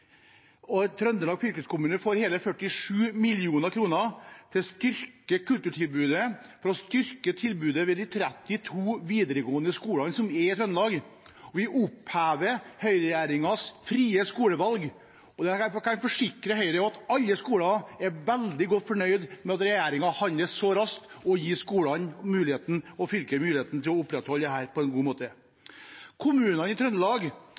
Trøndelag fylkeskommune får hele 47 mill. kr til å styrke kulturtilbudet og til å styrke tilbudet ved de 32 videregående skolene i Trøndelag. Vi opphever høyreregjeringens frie skolevalg. Jeg kan forsikre Høyre om at alle skoler er veldig godt fornøyd med at regjeringen handler så raskt og gir skolene og fylket muligheten til å opprettholde tilbudet på en god måte. Kommunene i Trøndelag